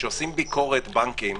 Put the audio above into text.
כשעושים ביקורת בנקים